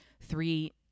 three